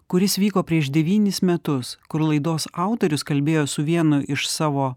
kuris vyko prieš devynis metus kur laidos autorius kalbėjo su vienu iš savo